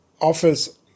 office